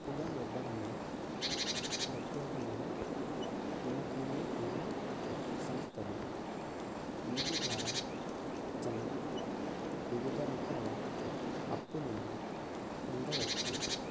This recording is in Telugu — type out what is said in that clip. అప్పుగా ఇవ్వడంలో ప్రత్యేకంగా నిమగ్నమై ఉన్న సంస్థలు వీటి ద్వారా జనం వివిధ రకాల అప్పులను పొందవచ్చు